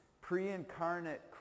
pre-incarnate